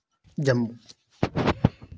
Jammu